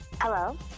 Hello